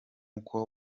uko